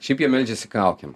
šiaip jie meldžiasi kaukėm